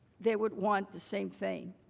they would want the same thing.